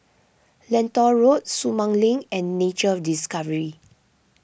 Lentor Road Sumang Link and Nature Discovery